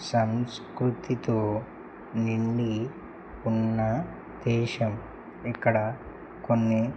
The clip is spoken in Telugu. సంస్కృతితో నిండి ఉన్న దేశం ఇక్కడ కొన్ని